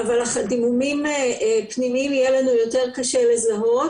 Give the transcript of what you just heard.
דימומים פנימיים יהיה לנו יותר קשה לזהות